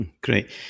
Great